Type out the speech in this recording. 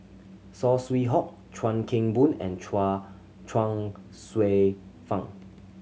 Saw Swee Hock Chuan Keng Boon and Chuang Chuang Hsueh Fang